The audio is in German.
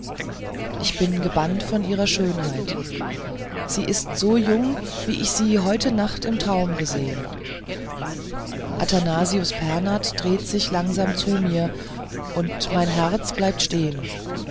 ich bin gebannt von ihrer schönheit sie ist so jung wie ich sie heut nacht im traum gesehen athanasius pernath dreht sich langsam zu mir und mein herz bleibt stehen